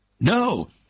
No